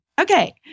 Okay